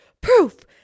proof